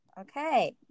Okay